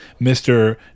Mr